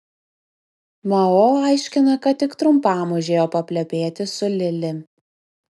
mao aiškina kad tik trumpam užėjo paplepėti su lili